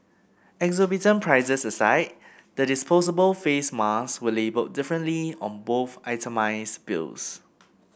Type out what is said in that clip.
exorbitant prices aside the disposable face masks were labelled differently on both itemised bills